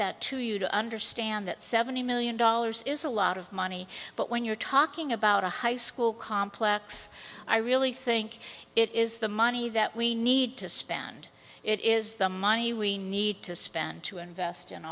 that to you to understand that seventy million dollars is a lot of money but when you're talking about a high school complex i really think it is the money that we need to spend it is the money we need to spend to invest in